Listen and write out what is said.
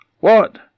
What